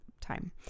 time